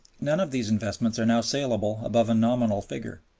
none of these investments are now saleable above a nominal figure.